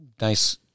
nice